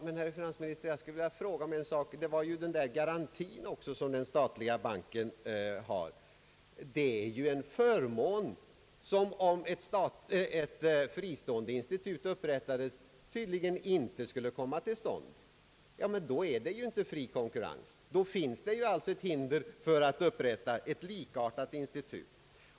Men, herr finansminister, den statliga banken har ju också en garanti, en förmån som tydligen inte skulle komma till stånd om ett fristående institut upprättades. Då är det alltså inte fri konkurrens. Då finns det ju ett hinder för att upprätta ett liknande institut.